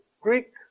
Greek